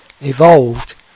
evolved